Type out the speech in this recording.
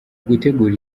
gutegura